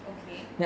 okay